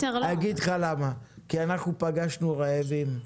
אני אגיד לך למה, כי אנחנו פגשנו רעבים.